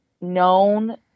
known